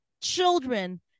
children